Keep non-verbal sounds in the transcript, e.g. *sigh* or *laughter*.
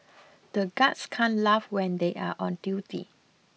*noise* the guards can't laugh when they are on duty